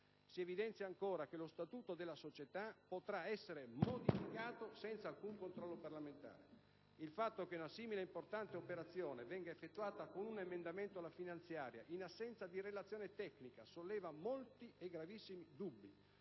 Si evidenzia, ancora, che lo statuto della società potrà essere modificato senza alcun controllo parlamentare. Il fatto che una simile importante operazione venga effettuata con un emendamento alla finanziaria, in assenza di relazione tecnica, solleva molti e gravissimi dubbi,